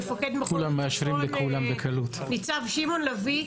מפקד מחוז צפון, ניצב שמעון לביא,